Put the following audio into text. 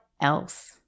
Else